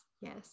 Yes